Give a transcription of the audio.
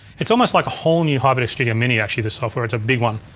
it's almost like whole new hyperdeck studio mini actually, this software, it's a big one.